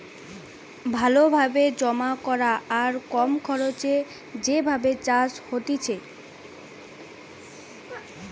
ভালো ভাবে জমা করা আর কম খরচে যে ভাবে চাষ হতিছে